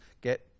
get